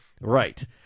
Right